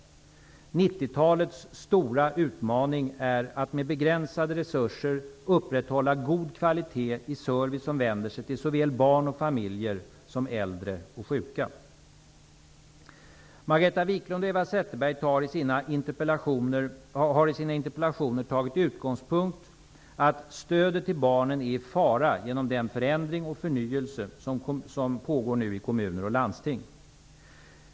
90-talets stora utmaning är att med begränsade resurser upprätthålla god kvalitet i service som vänder sig till såväl barn och familjer som äldre och sjuka. Margareta Viklund och Eva Zetterberg har i sina interpellationer tagit till utgångspunkt att stödet till barnen är i fara genom den förändring och förnyelse som kommuner och landsting nu genomgår.